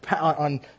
on